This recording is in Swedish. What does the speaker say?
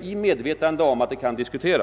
i medvetande om att det kan diskuteras.